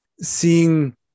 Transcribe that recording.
seeing